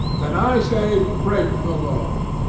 then i say, break the law.